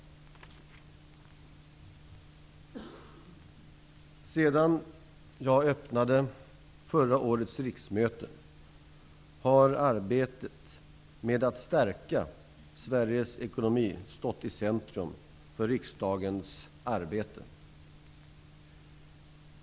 Sedan jag öppnade förra årets riksmöte har arbetet med att stärka Sveriges ekonomi stått i centrum för riksdagens arbete.